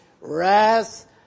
wrath